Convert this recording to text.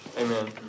Amen